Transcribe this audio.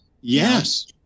Yes